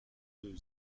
deux